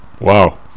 Wow